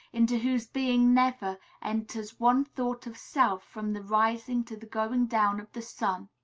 into whose being never enters one thought of self from the rising to the going down of the sun.